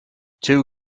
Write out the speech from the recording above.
two